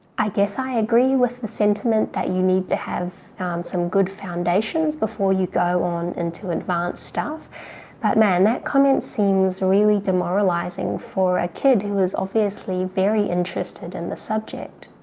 i guess i agree with the sentiment that you need to have some good foundations before you go on into advanced stuff but man that comment seems really demoralizing for a kid who is obviously very interested in the subject.